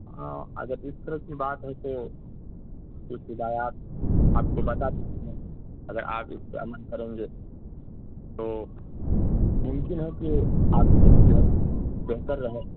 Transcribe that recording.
ہاں اگر اس طرح کی بات ہے تو کچھ ہدایات آپ کو بتا دیتے ہیں اگر آپ اس پہ عمل کریں گے تو ممکن ہے کہ آپ کی صحت بہتر رہے